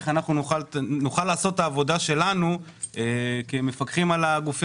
איך אנחנו נוכל לעשות את העבודה שלנו כמפקחים על הגופים